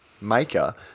maker